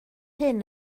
hyn